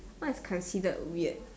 what is considered weird